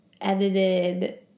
edited